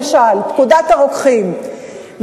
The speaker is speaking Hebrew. למשל פקודת הרוקחים,